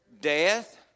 death